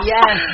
Yes